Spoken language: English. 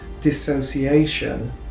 dissociation